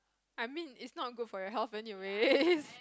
I mean it's not good for your health anyways